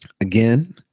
again